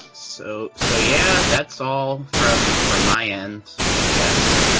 so so, yeah, that's all from from my end, i guess.